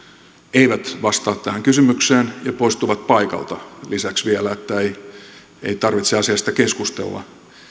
eivät vastaa tähän kysymykseen ja poistuvat paikalta lisäksi vielä niin että ei tarvitse asiasta keskustella